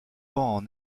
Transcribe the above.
pend